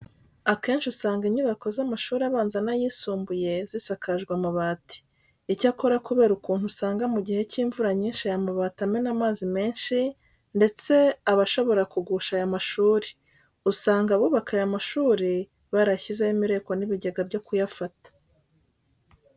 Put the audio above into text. Akenshi usanga inyubako z'amashuri abanza n'ayisumbuye zisakajwe amabati. Icyakora kubera ukuntu usanga mu gihe cy'imvura nyinshi aya mabati amena amazi menshi ndetse aba ashobora kugusha aya mashuri, usanga abubaka aya mashuri barayashyizeho imireko n'ibigega byo kuyafata.